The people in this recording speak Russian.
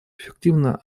эффективно